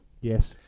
yes